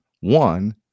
One